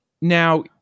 Now